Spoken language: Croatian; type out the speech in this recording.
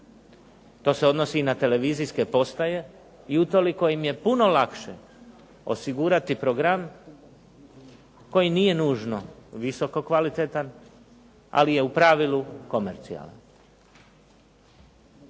To se odnosi na televizijske postaje i utoliko im je puno lakše osigurati program koji nije nužno visoko kvalitetan, ali je u pravilu komercijalan.